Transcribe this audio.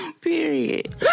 Period